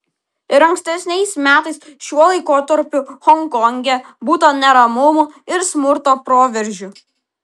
ir ankstesniais metais šiuo laikotarpiu honkonge būta neramumų ir smurto proveržių